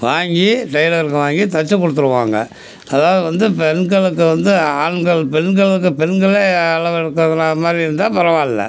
வாங்கி டெய்லருங்க வாங்கி தைச்சு கொடுத்துருவாங்க அதாவது வந்து பெண்களுக்கு வந்து ஆண்கள் பெண்களுக்கு பெண்களே அளவு எடுப்பதுலாம் மாதிரி இருந்தால் பரவாயில்ல